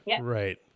Right